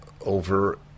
over